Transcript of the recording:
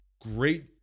Great